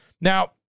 Now